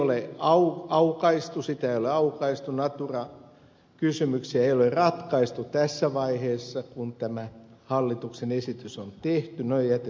natura lainsäädäntöä ei ole aukaistu natura kysymyksiä ei ole ratkaistu tässä vaiheessa kun tämä hallituksen esitys on tehty ne on jätetty myöhäisemmiksi